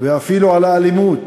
ואפילו על האלימות,